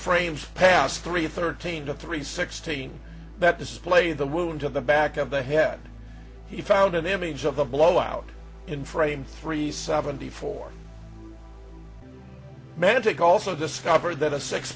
frames past three thirteen to three sixteen that display the wound to the back of the head he found an image of the blowout in frame three seventy four mantic also discovered that a six